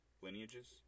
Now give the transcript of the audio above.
lineages